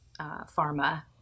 pharma